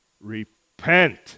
repent